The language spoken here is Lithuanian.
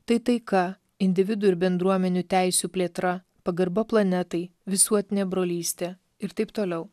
tai taika individų ir bendruomenių teisių plėtra pagarba planetai visuotinė brolystė ir taip toliau